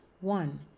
One